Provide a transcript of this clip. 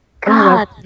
God